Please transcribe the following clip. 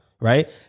Right